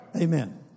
Amen